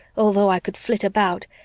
although i could flit about,